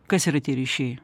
kas yra tie ryšiai